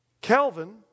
Calvin